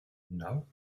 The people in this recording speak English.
now